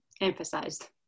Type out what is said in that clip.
emphasized